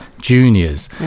juniors